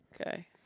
Okay